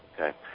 Okay